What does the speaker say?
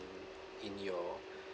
in your